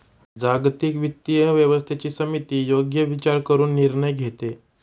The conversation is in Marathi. जागतिक वित्तीय व्यवस्थेची समिती योग्य विचार करून निर्णय घेते